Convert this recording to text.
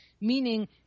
meaning